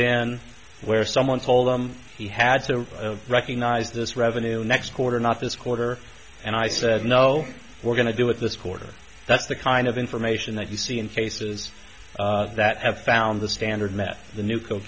in where someone told him he had to recognize this revenue next quarter not this quarter and i said no we're going to do it this quarter that's the kind of information that you see in cases that have found the standard met the newco